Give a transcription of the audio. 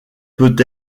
peut